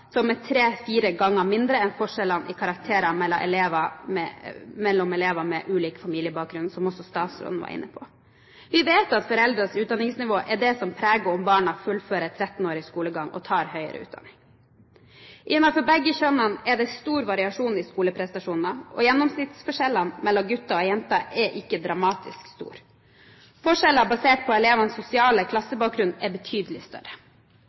elever med ulik familiebakgrunn, som også statsråden var inne på. Vi vet at foreldres utdanningsnivå er det som preger om barna fullfører 13-årig skolegang og tar høyere utdanning. Hos begge kjønn er det stor variasjon i skoleprestasjoner, og gjennomsnittsforskjellene mellom gutter og jenter er ikke dramatisk store. Forskjeller basert på elevenes sosiale klassebakgrunn er betydelig større.